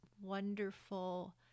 wonderful